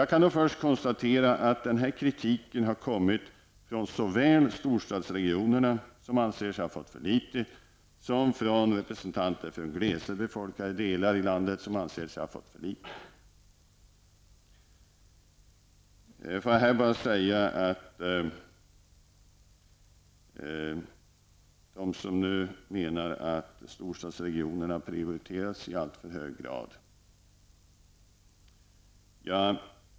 Låt mig först konstatera att denna kritik har kommit från såväl storstadsregionerna, som ansett sig ha fått för litet, som från representanter för glesare befolkade delar i landet, som också har ansett sig fått för litet. Somliga anser att storstadsregionerna har prioriterats i alltför hög grad.